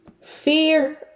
Fear